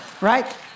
Right